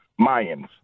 Mayans